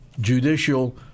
judicial